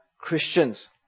Christians